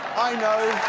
i know